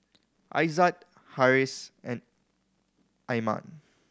Aizat Harris and Iman